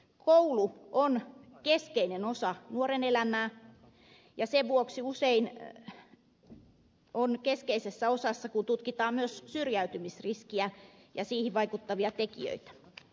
koulu on keskeinen osa nuoren elämää ja sen vuoksi usein on keskeisessä osassa kun tutkitaan myös syrjäytymisriskiä ja siihen vaikuttavia tekijöitä